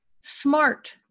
SMART